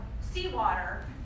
seawater